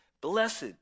Blessed